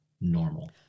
normal